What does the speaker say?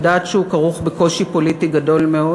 ויודעת שהוא כרוך בקושי פוליטי גדול מאוד.